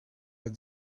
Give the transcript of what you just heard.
but